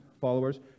followers